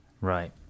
Right